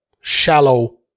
shallow